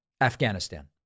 Afghanistan